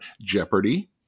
Jeopardy